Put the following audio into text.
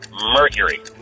Mercury